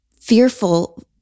fearful